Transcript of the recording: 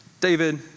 David